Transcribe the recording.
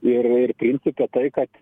ir ir priimsite tai kad